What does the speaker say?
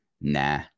Nah